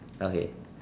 okay